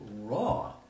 raw